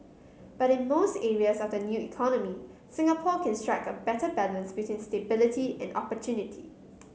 but in most areas of the new economy Singapore can strike a better balance between stability and opportunity